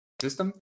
system